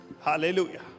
hallelujah